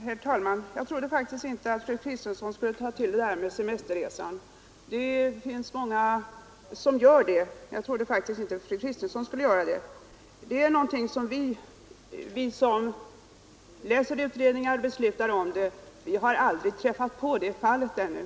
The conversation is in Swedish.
Herr talman! Jag trodde faktiskt inte att fru Kristensson skulle ta till argumentet om semesterresan; många gör det, men jag trodde som sagt inte att fru Kristensson skulle göra det. Vi som läser utredningar och fattar beslut har ännu inte träffat på något sådant fall.